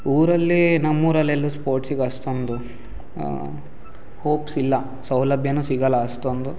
ಊರಲ್ಲಿ ನಮ್ಮ ಊರಲ್ಲಿ ಎಲ್ಲೂ ಸ್ಪೋರ್ಟ್ಸಿಗೆ ಅಷ್ಟೊಂದು ಹೋಪ್ಸ್ ಇಲ್ಲ ಸೌಲಭ್ಯವೂ ಸಿಗಲ್ಲ ಅಷ್ಟೊಂದು